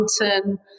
Mountain